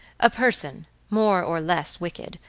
a person, more or less wicked,